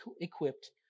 equipped